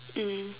mm